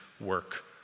work